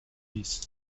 ließ